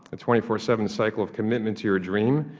a twenty four seven cycle of commitment to your dream,